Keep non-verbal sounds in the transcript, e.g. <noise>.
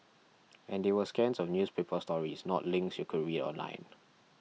<noise> and they were scans of newspaper stories not links you could read online